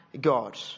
God